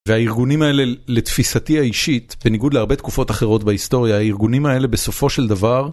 והארגונים האלה לתפיסתי האישית, בניגוד להרבה תקופות אחרות בהיסטוריה, הארגונים האלה בסופו של דבר